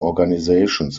organizations